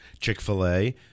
Chick-fil-A